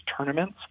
tournaments